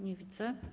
Nie widzę.